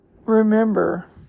remember